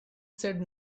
said